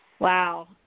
Wow